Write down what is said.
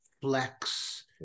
flex